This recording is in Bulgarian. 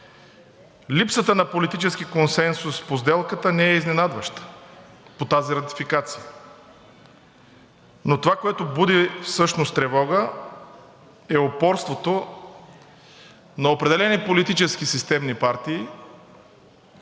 липсата на политически консенсус по сделката не е изненадваща по тази ратификация. Това, което буди всъщност тревога, е упорството на определени политически системни партии